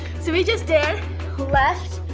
so we just did left,